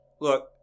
Look